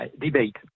debate